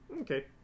Okay